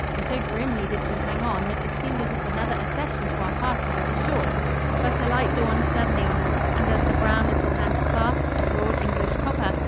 and so grimly did she hang on that it seemed as if another accession to our party was assured but a light dawned suddenly on us, and, as the brown little hand clasped a broad english copper,